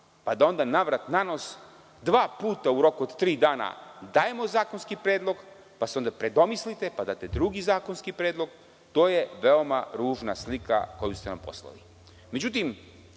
pa da onda na vrat-na nos dva puta u roku od tri dana dajemo zakonski predlog pa se onda predomislite pa date drugi zakonski predlog, to je veoma ružna slika koju ste nam poslali.Međutim,